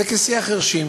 זה כשיח חירשים.